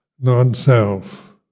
non-self